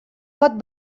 pot